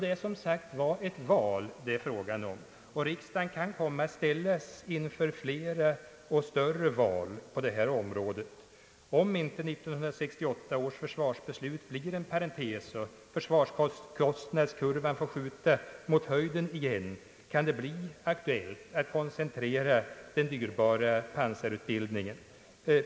Det är, som sagt, fråga om ett val, och riksdagen kan komma att ställas inför flera och större val på detta område. Om inte 1968 års försvarsbeslut blir en parentes och försvarskostnadskurvan får skjuta mot höjden igen, kan det bli aktuellt att koncentrera den dyrbara pansarutbildningen.